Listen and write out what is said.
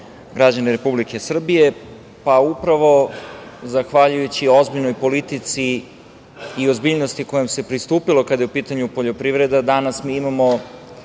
građani Republike Srbije, pa upravo zahvaljujući ozbiljnoj politici i ozbiljnosti kojom se pristupilo kada je u pitanju poljoprivreda, danas mi imamo